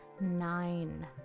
Nine